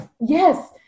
yes